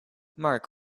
marc